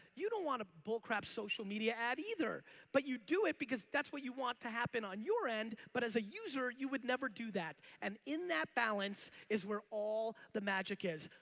you don't want to bull crap social media ad either but you do it because that's what you want to happen on your end but as a user you would never do that and in that balance is where all the magic is.